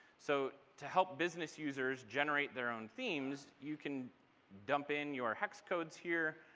so to help business users generate their own themes you can dump in your hex codes here.